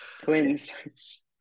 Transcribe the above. Twins